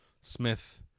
Smith